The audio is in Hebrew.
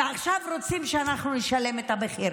ועכשיו רוצים שאנחנו נשלם את המחיר.